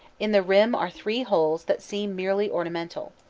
in the rim are three holes that seem merely ornamental.